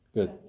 Good